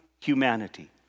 humanity